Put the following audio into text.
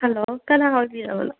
hello ꯀꯅꯥ ꯑꯣꯏꯕꯤꯔꯕꯅꯣ